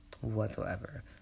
whatsoever